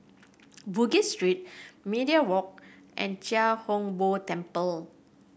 Bugis Street Media Walk and Chia Hung Boo Temple